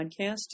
podcast